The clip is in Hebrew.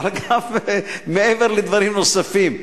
אבל גם מעבר לדברים נוספים.